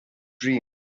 dream